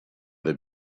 the